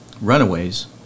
runaways